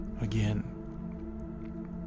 again